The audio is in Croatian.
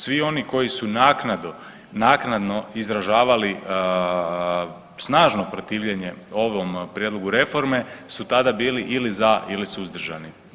Svi oni koji su naknadno izražavali snažno protivljenje ovom prijedlogu reforme su tada bili ili za ili suzdržani.